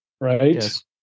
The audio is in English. right